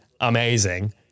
amazing